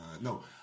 No